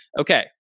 Okay